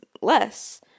less